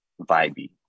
vibey